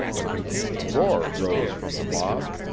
a confused roar rose from the mob,